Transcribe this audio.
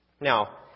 Now